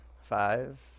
Five